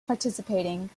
participating